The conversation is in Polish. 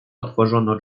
otworzono